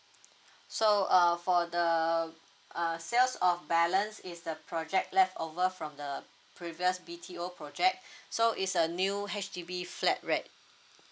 so uh for the uh sales of balance is the project leftover from the previous B T O project so is a new H_D_B flat rate